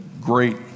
great